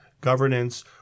governance